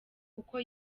kuko